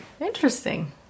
interesting